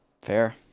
Fair